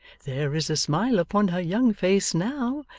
there is a smile upon her young face now,